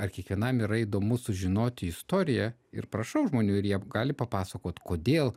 ar kiekvienam yra įdomu sužinoti istoriją ir prašau žmonių ir jie gali papasakot kodėl